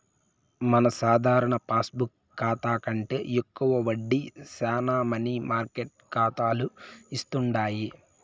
మన సాధారణ పాస్బుక్ కాతా కంటే ఎక్కువ వడ్డీ శానా మనీ మార్కెట్ కాతాలు ఇస్తుండాయి